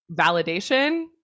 validation